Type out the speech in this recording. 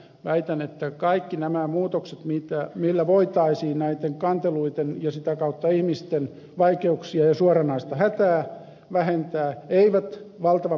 väitän että kaikki nämä muutokset millä voitaisiin näitä kanteluita ja sitä kautta ihmisten vaikeuksia ja suoranaista hätää vähentää eivät valtavan paljon maksa